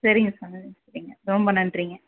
சரிங்க சாமி சரிங்க ரொம்ப நன்றிங்க